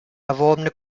erworbene